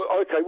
Okay